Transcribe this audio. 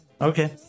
Okay